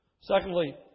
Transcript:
Secondly